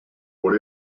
por